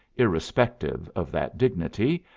irrespective of that dignity,